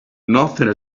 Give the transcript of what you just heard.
nothing